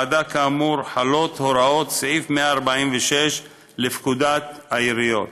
על הוועדה כאמור חלות הוראות סעיף 146 לפקודת העיריות.